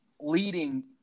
leading